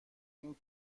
این